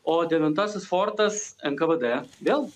o devintasis fortas nkvd vėl